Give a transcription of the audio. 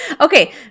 Okay